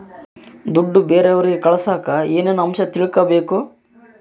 ದುಡ್ಡು ಬೇರೆಯವರಿಗೆ ಕಳಸಾಕ ಏನೇನು ಅಂಶ ತಿಳಕಬೇಕು?